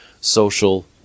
social